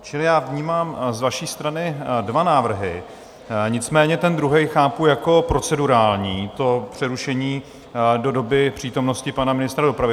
Čili já vnímám z vaší strany dva návrhy, nicméně ten druhý chápu jako procedurální, to přerušení do doby přítomnosti pana ministra dopravy.